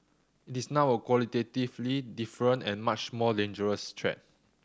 it is now a qualitatively different and much more dangerous threat